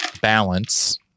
balance